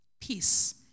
peace